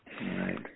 right